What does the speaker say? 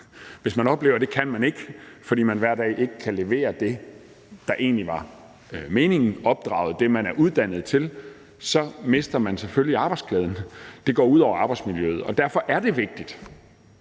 hvis man oplever, at det kan man ikke, fordi man hver dag ikke kan levere det, der egentlig var meningen, altså at opdrage, som man er uddannet til, så mister man selvfølgelig arbejdsglæden. Det går ud over arbejdsmiljøet, og derfor er det vigtigt,